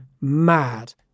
mad